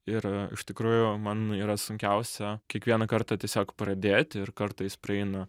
ir iš tikrųjų man yra sunkiausia kiekvieną kartą tiesiog pradėti ir kartais praeina